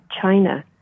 China